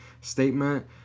statement